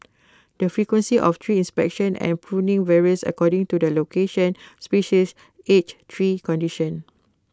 the frequency of tree inspection and pruning varies according to the location species age tree condition